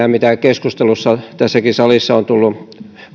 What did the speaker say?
huomiot mitä keskustelussa tässäkin salissa on tullut